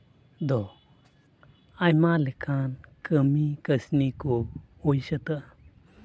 ᱫᱚ ᱟᱭᱢᱟ ᱞᱮᱠᱟᱱ ᱠᱟᱹᱢᱤ ᱠᱟᱹᱥᱱᱤ ᱠᱚ ᱦᱩᱭ ᱥᱟᱹᱛᱟᱹᱜᱼᱟ